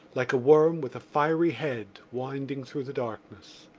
like a worm with a fiery head winding through the darkness,